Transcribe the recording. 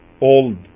old